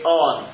on